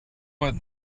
what